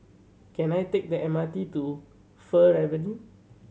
can I take the M R T to Fir Avenue